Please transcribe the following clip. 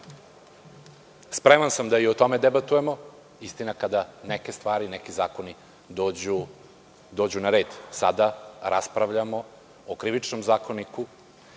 sam da i o tome debatujemo, istina kada neke stvari i neki zakoni dođu na red. Sada raspravljamo o Krivičnom zakoniku